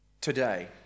today